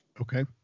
Okay